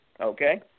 Okay